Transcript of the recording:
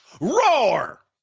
Roar